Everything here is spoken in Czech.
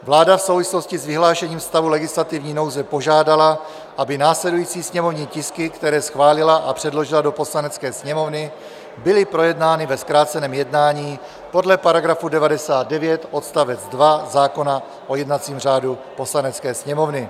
Vláda v souvislosti s vyhlášením stavu legislativní nouze požádala, aby následující sněmovní tisky, které schválila a předložila do Poslanecké sněmovny, byly projednány ve zkráceném jednání podle § 99 odst. 2 zákona o jednacím řádu Poslanecké sněmovny.